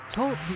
Talk